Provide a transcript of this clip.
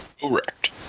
Correct